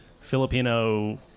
Filipino